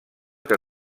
que